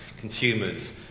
consumers